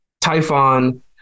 Typhon